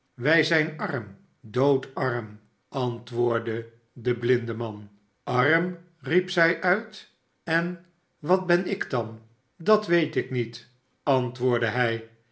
swij zijn arm doodarm antwoordde de blindeman arm riep zij uit en wat ben ik dan dat weet ik niet antwoordde hij